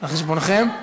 על חשבונכם?